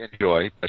enjoy